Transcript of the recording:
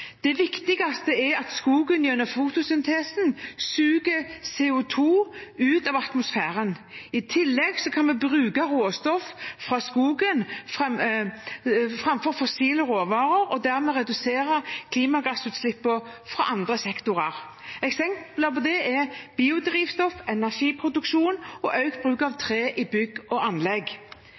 Det viktigste er at skogen gjennom fotosyntesen suger CO 2 ut av atmosfæren. I tillegg kan vi bruke råstoff fra skogen framfor fossile råvarer og dermed redusere klimagassutslippene fra andre sektorer. Eksempler på det er biodrivstoff, energiproduksjon og økt bruk av tre i bygg og anlegg.